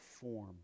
form